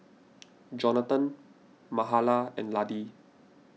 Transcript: Jonatan Mahala and Laddie